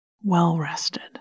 well-rested